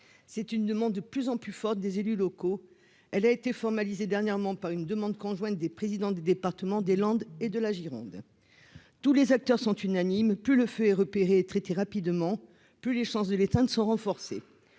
c'est une demande de plus en plus forte des élus locaux, elle a été formalisée dernièrement par une demande conjointe des présidents des départements des Landes et de la Gironde, tous les acteurs sont unanimes : plus le feu repérer traiter rapidement, plus les chances de l'État ne se renforcer